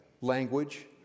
language